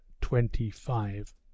twenty-five